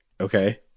okay